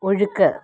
ഒഴുക്ക്